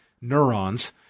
neurons